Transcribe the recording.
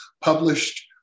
published